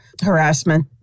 harassment